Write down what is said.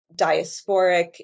diasporic